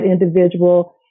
individual